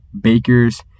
Baker's